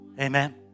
Amen